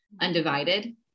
Undivided